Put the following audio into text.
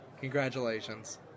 Congratulations